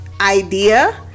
idea